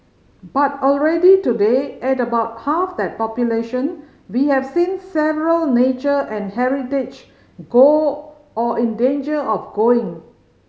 but already today at about half that population we have seen several nature and heritage go or in danger of going